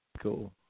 cool